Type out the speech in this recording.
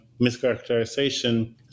mischaracterization